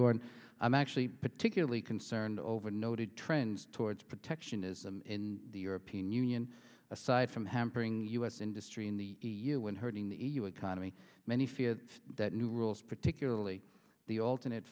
gordon i'm actually particularly concerned over noted trend towards protectionism in the european union aside from hampering u s industry in the e u when hurting the e u economy many feel that new rules particularly the alternate